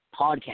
Podcast